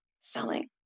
selling